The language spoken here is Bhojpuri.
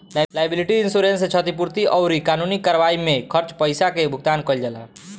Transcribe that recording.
लायबिलिटी इंश्योरेंस से क्षतिपूर्ति अउरी कानूनी कार्यवाई में खर्च पईसा के भुगतान कईल जाला